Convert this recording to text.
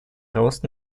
рост